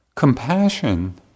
Compassion